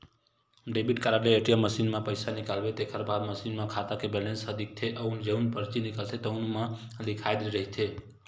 debit card ले ATM machine म पइसा निकालबे तेखर बाद मसीन म खाता के बेलेंस ह दिखथे अउ जउन परची निकलथे तउनो म लिखाए रहिथे